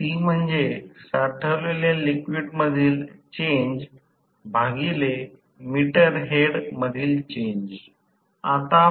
तर अर्थातच पुढील slip ring induction motor ring induction motor चा हा फायदा आहे ज्यामध्ये कमी प्रारंभिक प्रवाहात उच्च प्रारंभिक टॉर्क प्राप्त केला जातो